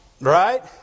Right